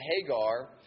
Hagar